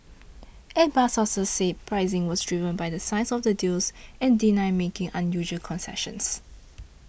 Airbus sources said pricing was driven by the size of the deals and denied making unusual concessions